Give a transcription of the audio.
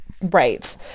Right